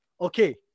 Okay